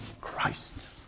Christ